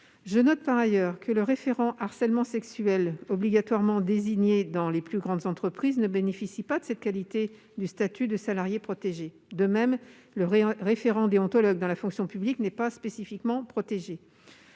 Je note d'ailleurs que le référent « harcèlement sexuel », obligatoirement désigné dans les plus grandes entreprises, ne bénéficie pas en cette qualité du statut de salarié protégé. De même, le référent déontologue dans la fonction publique n'est pas spécifiquement protégé.